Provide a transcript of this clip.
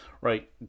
right